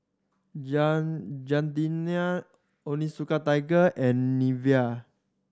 Gardenia Onitsuka Tiger and Nivea